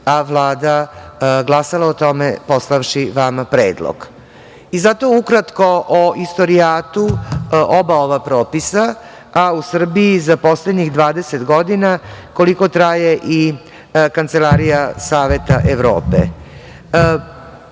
a Vlada glasala o tome, poslavši vama predlog. Zato ukratko o istorijatu oba ova propisa u Srbiji za poslednjih 20 godina, koliko traje i Kancelarija Saveta Evrope.